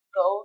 go